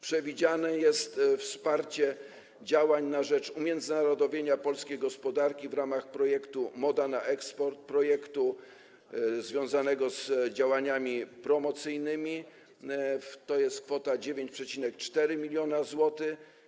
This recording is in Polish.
Przewidziane jest wsparcie działań na rzecz umiędzynarodowienia polskiej gospodarki w ramach projektu „Moda na eksport” związanego z działaniami promocyjnymi, tj. kwota 9,4 mln zł.